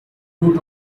root